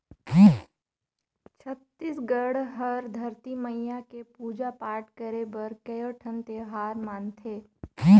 छत्तीसगढ़ हर धरती मईया के पूजा पाठ करे बर कयोठन तिहार मनाथे